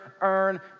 earn